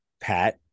Pat